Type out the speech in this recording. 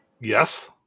Yes